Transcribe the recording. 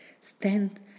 Stand